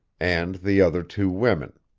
and the other two women.